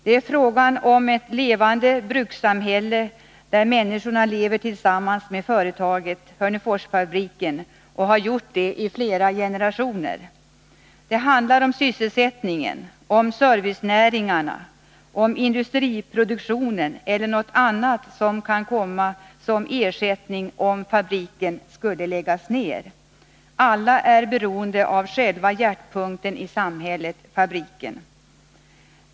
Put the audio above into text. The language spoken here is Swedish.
Det är fråga om ett levande brukssamhälle, där människorna lever tillsammans med företaget, Hörneforsfabriken, och har gjort det i flera generationer. Det handlar om sysselsättningen, om servicenäringarna, om industriproduktionen eller något annat som kan komma som ersättning om fabriken läggs ner. Alla är beroende av själva hjärtpunkten i samhället — fabriken.